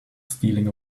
stealing